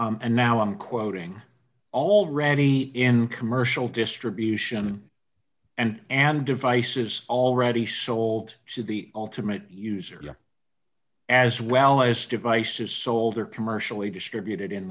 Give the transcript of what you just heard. these and now i'm quoting already in commercial distribution and an devices already sold to the ultimate user as well as devices sold or commercially distributed in